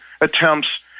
attempts